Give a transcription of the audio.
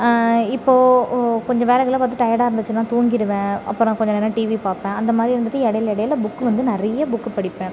இப்போது ஓ கொஞ்சோம் வேலை கீலை பார்த்துட்டு டயர்டாக இருந்துச்சின்னா தூங்கிடுவேன் அப்புறோம் கொஞ்சம் நேரோம் டிவி பார்ப்பேன் அந்த மாதிரி வந்துட்டு இடைல இடைல புக்கு வந்து நிறைய புக்கு படிப்பேன்